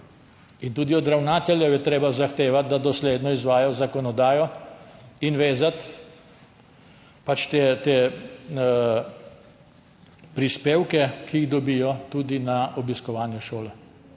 Tudi od ravnateljev je treba zahtevati, da dosledno izvajajo zakonodajo, in vezati te prispevke, ki jih dobijo, tudi na obiskovanje šole.